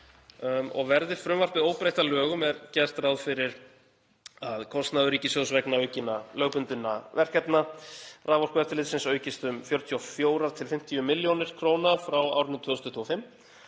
Verði frumvarpið óbreytt að lögum er gert ráð fyrir að kostnaður ríkissjóðs vegna aukinna lögbundinna verkefna Raforkueftirlitsins aukist um 44–50 millj. kr. frá árinu 2025,